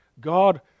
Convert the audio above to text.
God